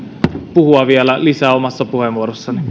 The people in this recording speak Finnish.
puhua vielä lisää omassa puheenvuorossani